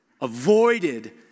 avoided